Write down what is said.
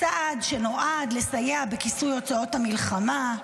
צעד שנועד לסייע בכיסוי הוצאות המלחמה,